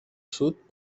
sud